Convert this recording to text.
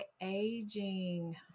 aging